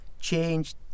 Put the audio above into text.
change